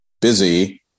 busy